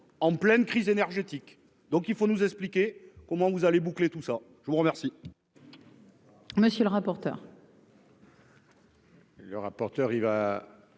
en pleine crise énergétique, donc il faut nous expliquer comment vous allez boucler tout ça, je vous remercie.